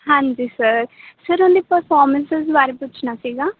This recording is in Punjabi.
ਹਾਂਜੀ ਸਰ ਸਰ ਉਹਦੀ ਪਰਫੋਰਮੈਂਸਿਸ ਬਾਰੇ ਪੁੱਛਣਾ ਸੀਗਾ